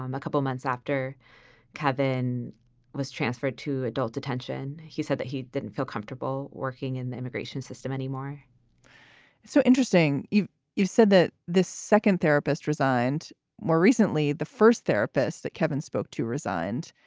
um a couple of months after kevin was transferred to adult detention. he said that he didn't feel comfortable working in the immigration system anymore so interesting you you said that the second therapist resigned more recently, the first therapist that kevin spoke to resigned.